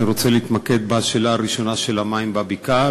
אני רוצה להתמקד בשאלה הראשונה של המים בבקעה,